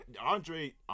Andre